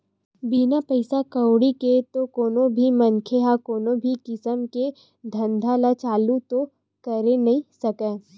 बिना पइसा कउड़ी के तो कोनो भी मनखे ह कोनो भी किसम के धंधा ल चालू तो करे नइ सकय